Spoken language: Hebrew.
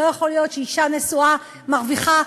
לא יכול להיות שאישה נשואה מרוויחה,